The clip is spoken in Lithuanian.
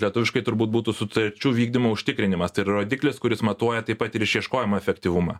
lietuviškai turbūt būtų sutarčių vykdymo užtikrinimas tai yra rodiklis kuris matuoja taip pat ir išieškojimo efektyvumą